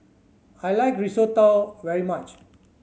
I like Risotto very much